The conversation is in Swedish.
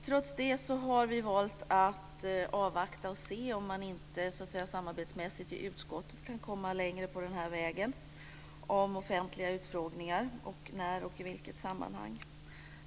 Trots detta har vi valt att avvakta och se om man inte så att säga samarbetsmässigt i utskottet kan komma längre på vägen när det gäller offentliga utfrågningar. Dessutom gäller det när och i vilket sammanhang.